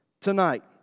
tonight